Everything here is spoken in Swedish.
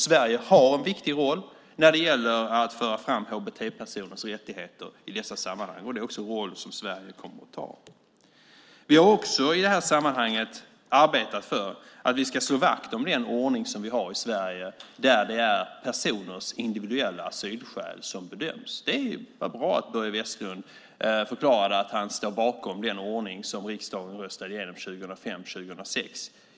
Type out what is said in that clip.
Sverige har en viktig roll när det gäller att föra fram hbt-personers rättigheter i dessa sammanhang. Det är också en roll som Sverige kommer att ta. Vi har också i detta sammanhang arbetat för att vi ska slå vakt om den ordning som vi har i Sverige där det är personers individuella asylskäl som bedöms. Det är bara bra att Börje Vestlund förklarade att han står bakom den ordning som riksdagen röstade igenom 2005/06.